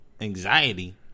Anxiety